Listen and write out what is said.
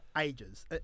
ages